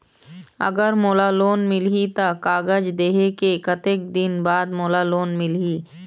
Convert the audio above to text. अगर मोला लोन मिलही त कागज देहे के कतेक दिन बाद मोला लोन मिलही?